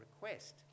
request